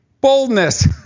Boldness